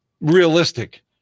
realistic